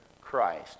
Christ